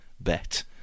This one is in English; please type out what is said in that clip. bet